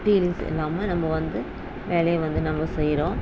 feelings இல்லாமல் நம்ம வந்து வேலையை வந்து நம்ம செய்கிறோம்